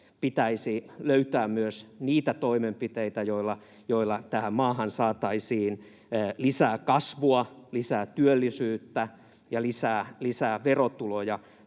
Pitäisi löytää myös niitä toimenpiteitä, joilla tähän maahan saataisiin lisää kasvua, lisää työllisyyttä ja lisää verotuloja.